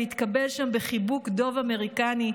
והתקבל שם בחיבוק דוב אמריקאי.